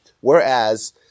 Whereas